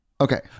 Okay